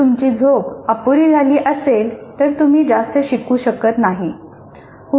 जर तुमची झोप अपुरी झाली असेल तर तुम्ही जास्त शिकू शकत नाही